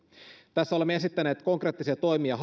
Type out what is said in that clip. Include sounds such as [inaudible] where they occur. tässä olemme esittäneet hallitukselle konkreettisia toimia [unintelligible]